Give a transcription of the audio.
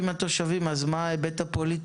זה לא מיטיב עם התושבים אז מה ההיבט הפוליטי?